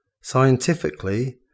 Scientifically